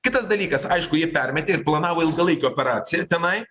kitas dalykas aišku jie permetė ir planavo ilgalaikę operaciją tenai